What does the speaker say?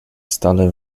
stale